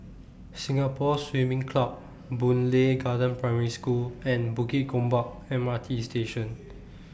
Singapore Swimming Club Boon Lay Garden Primary School and Bukit Gombak M R T Station